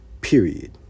period